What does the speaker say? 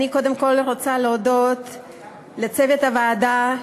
אני קודם כול רוצה להודות לצוות הוועדה,